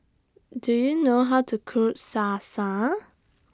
Do YOU know How to Cook Salsa